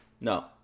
No